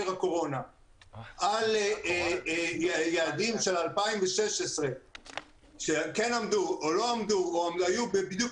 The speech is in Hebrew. הקורונה על יעדים של 2016 שעמדו או לא עמדו או היו בדיוק